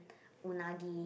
unagi